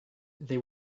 they